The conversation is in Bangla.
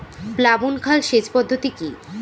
প্লাবন খাল সেচ পদ্ধতি কি?